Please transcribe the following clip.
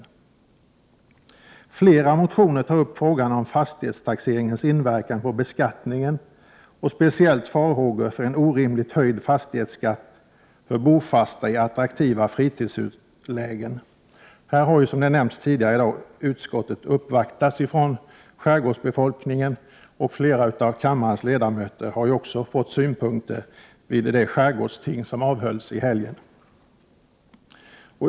I flera motioner tas frågan upp om fastighetstaxeringens inverkan på beskattningen och speciellt farhågor för en orimlig höjning av fastighetsskatten för sådana som bor i fritidshus i attraktiva lägen. Som nämnts tidigare i dag har utskottet uppvåktats av skärgårdsbefolkningen, och flera av kammarens ledamöter har också fått synpunkter vid ett skärgårdsting som avhölls under helgen.